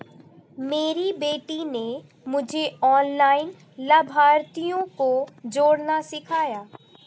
मेरी बेटी ने मुझे ऑनलाइन लाभार्थियों को जोड़ना सिखाया